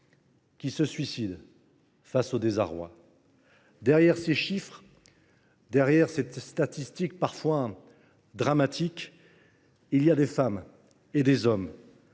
qui se suicident de désarroi. Derrière ces chiffres, derrière ces statistiques parfois tragiques, il y a des femmes et des hommes,